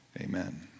Amen